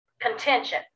contention